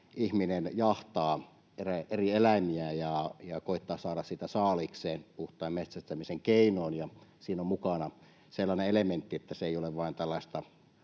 ihminen jahtaa eri eläimiä ja koettaa saada sitä saaliikseen puhtain metsästämisen keinoin. Siinä on mukana sellainen elementti, että se ei ole vain tällaista